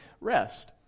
rest